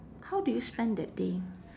how do you spend that day